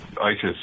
ISIS